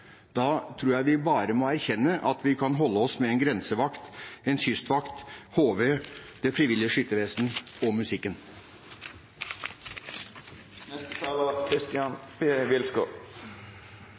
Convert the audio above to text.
Da tror jeg vi bare må erkjenne at vi kan holde oss med en grensevakt, en kystvakt, HV, Det frivillige Skyttervesen og